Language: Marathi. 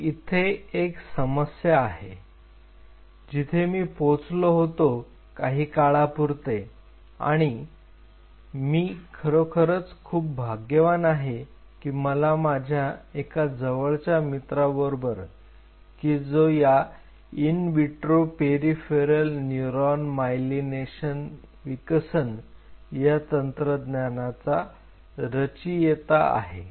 तर इथे एक समस्या आहे जिथे मी पोचलो होतो काही काळापुरते आणि मी खरोखरच खूप भाग्यवान आहे कि मला माझ्या एका जवळच्या मित्राबरोबर की जो या इन विट्रो पेरिफेरल न्यूरॉनच्या मायलिनेशन विकसन या तंत्रज्ञानाचा रचयिता आहे